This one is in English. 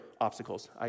obstacles